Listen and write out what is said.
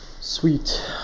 Sweet